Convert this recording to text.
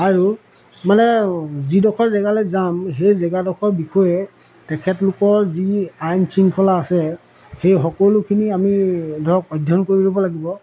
আৰু মানে যিডখৰ জেগালৈ যাম সেই জেগাডখৰ বিষয়ে তেখেতলোকৰ যি আইন শৃংখলা আছে সেই সকলোখিনি আমি ধৰক অধ্যয়ন কৰি ল'ব লাগিব